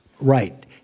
right